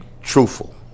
truthful